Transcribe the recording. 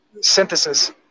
synthesis